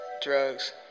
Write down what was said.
drugs